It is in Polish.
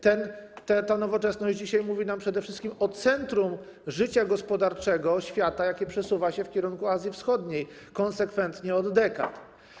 Ta nowoczesność dzisiaj mówi nam przede wszystkim o centrum życia gospodarczego świata, jakie przesuwa się w kierunku Azji Wschodniej konsekwentnie od dekad.